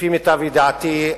לפי מיטב ידיעתי,